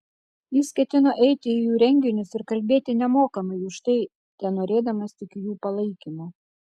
jis ketino eiti į jų renginius ir kalbėti nemokamai už tai tenorėdamas tik jų palaikymo